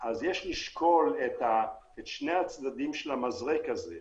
אז יש לשקול את שני הצדדים של המזרק הזה,